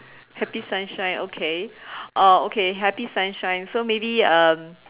happy sunshine okay uh okay happy sunshine so maybe um